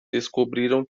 descobriram